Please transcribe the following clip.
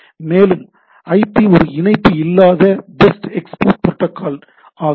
மேலும் ஐபி ஒரு இணைப்பு இல்லாத பெஸ்ட் எஃபோர்ட் புரோட்டோக்கால் ஆகும்